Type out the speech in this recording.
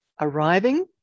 arriving